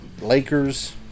Lakers